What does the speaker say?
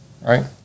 Right